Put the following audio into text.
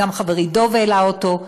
וגם חברי דב העלה אותו,